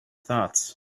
thought